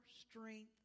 strength